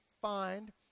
find